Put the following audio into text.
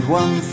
one